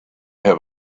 have